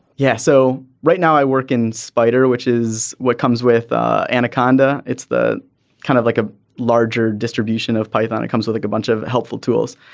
yeah. so right now i work in spider which is what comes with ah anaconda. it's the kind of like a larger distribution of python. it comes with like a bunch of helpful tools.